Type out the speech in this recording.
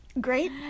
Great